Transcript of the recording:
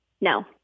No